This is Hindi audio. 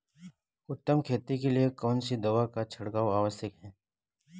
उत्तम खेती के लिए कौन सी दवा का छिड़काव आवश्यक है?